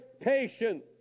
patience